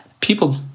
People